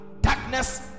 darkness